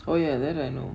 oh ya that I know